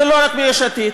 ולא רק מיש עתיד.